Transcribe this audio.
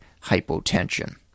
hypotension